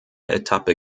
etappe